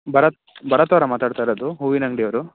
ಭರತ್ ಭರತ್ ಅವರಾ ಮಾತಾಡ್ತಾಯಿರೋದು ಹೂವಿನಂಗಡಿಯವ್ರು